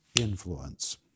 influence